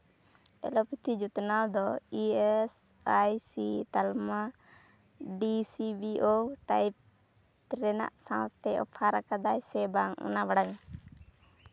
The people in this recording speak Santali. ᱮᱞᱳᱯᱮᱛᱷᱤ ᱡᱚᱛᱱᱟᱣ ᱫᱚ ᱤ ᱮᱥ ᱟᱭ ᱥᱤ ᱛᱟᱞᱢᱟ D C B O type ᱨᱮᱱᱟᱜ ᱥᱟᱶᱛᱮ ᱚᱯᱷᱟᱨ ᱟᱠᱟᱫᱟᱭ ᱥᱮ ᱵᱟᱝ ᱚᱱᱟ ᱵᱟᱲᱟᱭ ᱢᱮ